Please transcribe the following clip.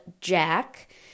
Jack